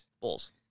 Bulls